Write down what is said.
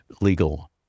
legal